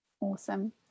awesome